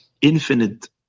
infinite